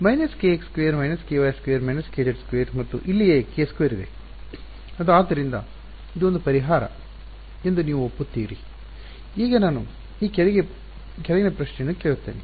kx2 − ky 2 − kz 2 ಮತ್ತು ಇಲ್ಲಿಯೇ k 2 ಇದೆ ಅದು ಆದ್ದರಿಂದ ಇದು ಒಂದು ಪರಿಹಾರ ಎಂದು ನೀವು ಒಪ್ಪುತ್ತೀರಿ ಈಗ ನಾನು ಈ ಕೆಳಗಿನ ಪ್ರಶ್ನೆಯನ್ನು ಕೇಳುತ್ತೇನೆ